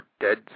dead